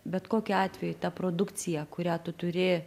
bet kokiu atveju ta produkcija kurią tu turi